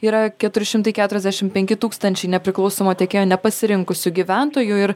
yra keturi šimtai keturiasdešimt penki tūkstančiai nepriklausomo tiekėjo nepasirinkusių gyventojų ir